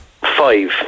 Five